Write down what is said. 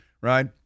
right